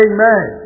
Amen